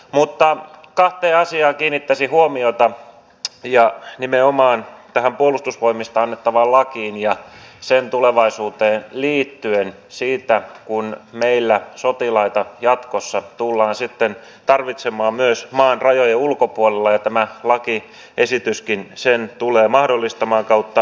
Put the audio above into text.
mutta kahteen asiaan kiinnittäisin huomiota nimenomaan tähän puolustusvoimista annettavaan lakiin ja sen tulevaisuuteen liittyen siihen kun meillä sotilaita sitten jatkossa tullaan tarvitsemaan myös maan rajojen ulkopuolella ja tämä lakiesityskin tulee sen mahdollistamaan tai sitä edellyttämään